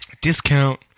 discount